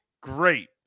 great